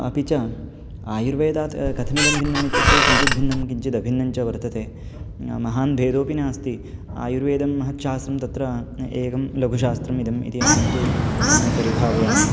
अपि च आयुर्वेदः त् कथमिदं भिन्नम् इत्युक्तौ किञ्चित् भिन्नं किञ्चित् अभिन्नं च वर्तते महान् भेदोऽपि नास्ति आयुर्वेदं महत्शास्त्रं तत्र एकं लघुशास्त्रम् इदम् इति अहं तु परिभावयामि